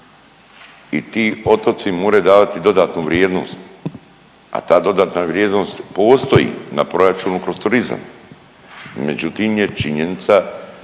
I ti otoci moraju davati dodatnu vrijednost, a ta dodatna vrijednost postoji na proračunu kroz turizam. Međutim je činjenica